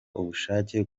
ubushake